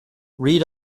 read